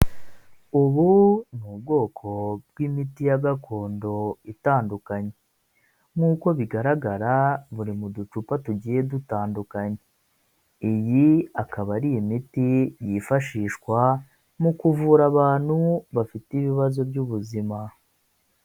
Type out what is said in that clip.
Ubu ni ubwoko bw'imiti ya gakondo itandukanye nkuko bigaragara uri mu ducupa tugiye dutandukanye iyi ikaba ari imiti yifashishwa mu kuvura abantu bafite ibibazo by'ubuzima.